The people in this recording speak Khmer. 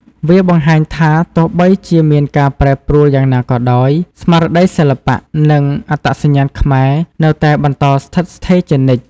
វាបង្ហាញថា ទោះបីជាមានការប្រែប្រួលយ៉ាងណាក៏ដោយ ស្មារតីសិល្បៈ និងអត្តសញ្ញាណខ្មែរនៅតែបន្តស្ថិតស្ថេរជានិច្ច។